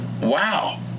wow